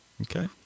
Okay